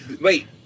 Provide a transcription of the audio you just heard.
Wait